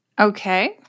Okay